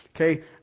Okay